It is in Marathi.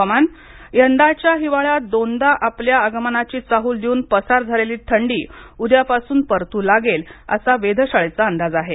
हवामान यंदाच्या हिवाळ्यात दोनदा आपल्या आगमनाची हूल देऊन पसार झालेली थंडी उद्यापासून परतू लागेल असा वेधशाळेचा अंदाज आहे